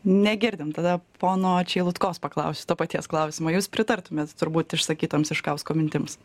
negirdim tada pono čeilutkos paklausiu to paties klausimo jūs pritartumėt turbūt išsakytoms iškausko mintims